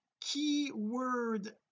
keyword